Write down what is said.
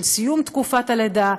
של סיום תקופת הלידה,